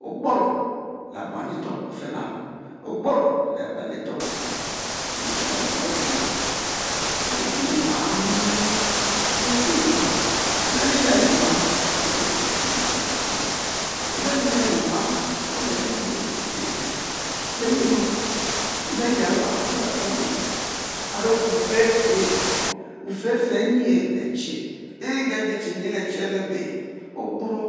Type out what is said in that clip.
Ogboro le buan litor o'finabo, ogboro le-bel litoh ofinabo, yuor le mion eyue lenki nyuam, lenki nyuam olenu lenu nyua liyel liyuoro liste ste liste olenu’ lenu nyuam olenki liyel liste ste ste liste, lenyenu? nyen ayi nwan ochuwue apomoye, arue we ofe'fe bom w'e ofe'fe nye le tche, egege che nye le tche ebebe ogburo